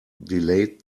delayed